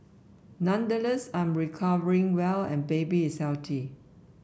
nonetheless I'm recovering well and baby is healthy